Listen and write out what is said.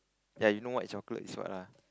ya you know white chocolate is what ah